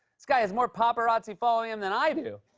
this guy has more paparazzi following him than i do.